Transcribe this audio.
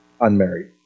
unmarried